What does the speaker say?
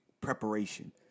preparation